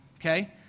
okay